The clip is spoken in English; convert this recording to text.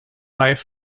live